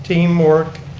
teamwork,